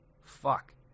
Fuck